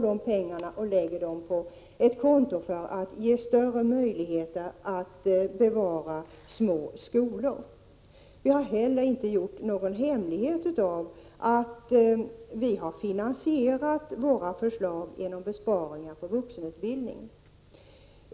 De pengarna för vi över till ett konto för att ge större möjligheter att bevara små skolor. Vi har inte heller gjort någon hemlighet av att vi har finansierat våra förslag genom besparingar på vuxenutbildning.